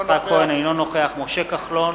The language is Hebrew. אינו נוכח משה כחלון,